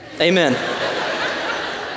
Amen